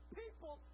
people